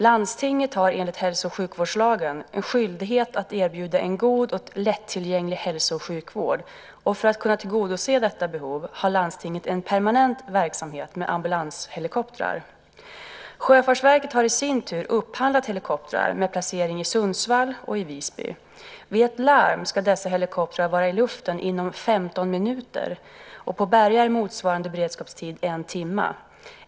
Landstinget har enligt hälso och sjukvårdslagen skyldighet att erbjuda en god och lättillgänglig hälso och sjukvård. För att tillgodose detta behov har landstinget en permanent verksamhet med ambulanshelikoptrar. Sjöfartsverket har i sin tur upphandlat helikoptrar med placering i Sundsvall och Visby. Vid ett larm ska dessa helikoptrar vara i luften inom 15 minuter. På Berga är motsvarande beredskapstid en timme.